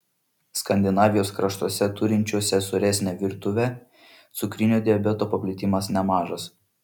skandinavijos kraštuose turinčiuose sūresnę virtuvę cukrinio diabeto paplitimas nemažas